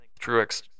Truex